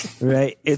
Right